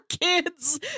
kids